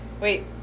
wait